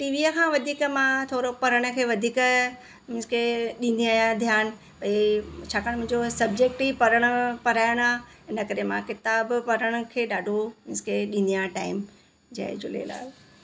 टीवीअ खां वधीक मां थोरो पढ़ण खे वधीक मींस के ॾींदी आहियां ध्यानु भई छाकाणि मुंहिंजो सब्जेक्ट ई पढ़णु पढ़ाइणु आहे इन करे मां किताब पढ़ण खे ॾाढो मींस की ॾींदी आहियां टाइम जय झूलेलाल